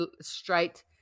straight